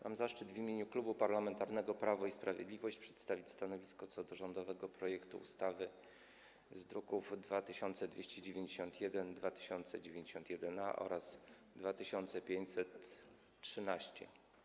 Mam zaszczyt w imieniu Klubu Parlamentarnego Prawo i Sprawiedliwość przedstawić stanowisko dotyczące rządowego projektu ustawy z druków nr 2291, 2291-A oraz 2513.